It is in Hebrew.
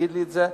שיגיד לי את זה,